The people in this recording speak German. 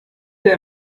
der